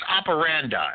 operandi